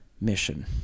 mission